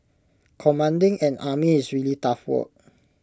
commanding an army is really tough work